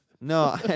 No